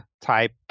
type